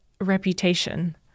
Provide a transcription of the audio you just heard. reputation